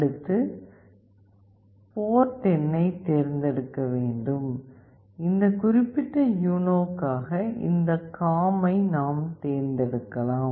அடுத்து போர்ட் எண்ணைத் தேர்ந்தெடுக்கவும் இந்த குறிப்பிட்ட யுனோ க்காக இந்த COMM ஐ நாம் தேர்ந்தெடுக்கலாம்